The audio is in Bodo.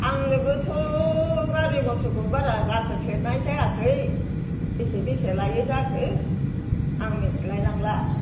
आंनोबोथ' गारि मटरखौ बारा गाखोफेरनाय जायाखै बेसे बेसे लायो जाखो आं मिथिलाय लांला